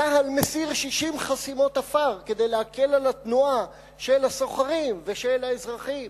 צה"ל מסיר 60 חסימות עפר כדי להקל את התנועה של הסוחרים ושל האזרחים